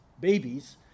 babies